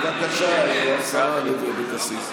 זה לא מכבד, בבקשה, השרה לוי אבקסיס.